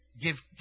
Give